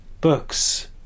books